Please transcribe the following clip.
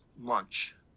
lunch